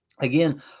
again